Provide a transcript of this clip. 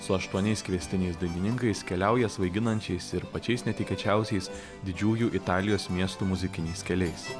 su aštuoniais kviestiniais dainininkais keliauja svaiginančiais ir pačiais netikėčiausiais didžiųjų italijos miestų muzikiniais keliais